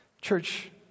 Church